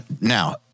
Now